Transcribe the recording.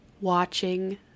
watching